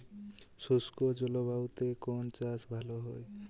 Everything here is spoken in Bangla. শুষ্ক জলবায়ুতে কোন চাষ ভালো হয়?